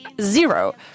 zero